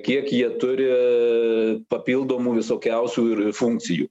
kiek jie turi papildomų visokiausių ir funkcijų